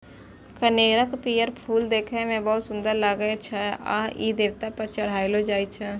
कनेरक पीयर फूल देखै मे बहुत सुंदर लागै छै आ ई देवता पर चढ़ायलो जाइ छै